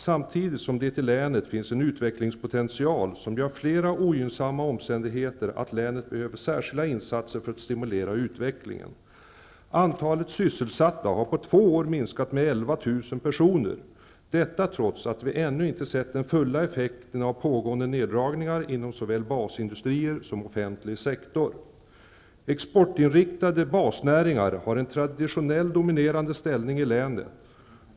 Samtidigt som det i länet finns en utvecklingspotential, gör flera ogynnsamma omständigheter att länet behöver särskilda insatser för att stimulera utvecklingen. Antalet sysselsatta har på två år minskat med 11 000 personer. Detta trots att vi ännu inte sett den fulla effekten av pågående neddragningar inom såväl basindustrier som offentlig sektor. Exportinriktade basnäringar har en traditionell dominerande ställning i länet.